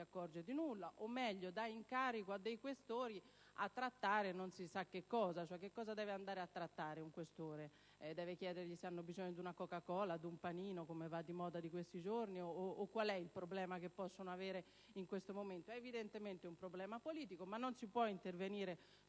accorge di nulla o, meglio, dà incarico ai senatori Questori di trattare non si sa che cosa. Cosa dovrebbe fare un Questore? Deve forse chiedere loro se hanno bisogno di una Coca-Cola, o di un panino, come va di moda in questi giorni, o qual è il problema che possono avere in questo momento? È evidentemente un problema politico, ma non si può intervenire